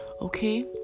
okay